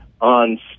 on